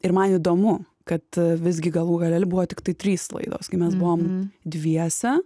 ir man įdomu kad visgi galų gale buvo tiktai trys laidos kai mes buvom dviese